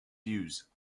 views